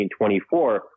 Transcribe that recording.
1924